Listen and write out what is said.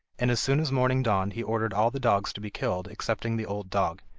and as soon as morning dawned he ordered all the dogs to be killed excepting the old dog.